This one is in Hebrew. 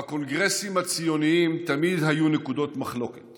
בקונגרסים הציוניים תמיד היו נקודות מחלוקת